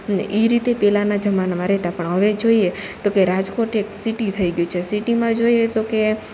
અને ઈ રીતે પેલાના જમાનામાં રેતા પણ હવે જોઈએ તો કે રાજકોટ એક સિટી થઈ ગ્યું છે સિટીમાં જોઈએ તો કે